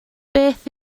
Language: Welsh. beth